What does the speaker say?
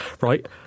right